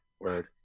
Word